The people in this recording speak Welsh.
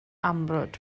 amrwd